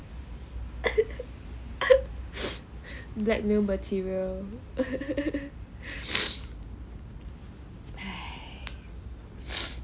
blackmail material